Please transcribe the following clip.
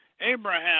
Abraham